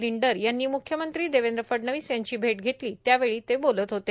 लिन्डर यांनी म्ख्यमंत्री देवेंद्र फडणवीस यांची भेट घेतलीए त्यावेळी ते बोलत होते